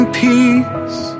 peace